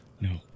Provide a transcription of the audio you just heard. No